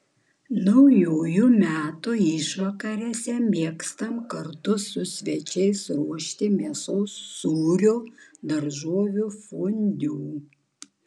naujųjų metų išvakarėse mėgstama kartu su svečiais ruošti mėsos sūrio daržovių fondiu